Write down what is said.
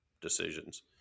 decisions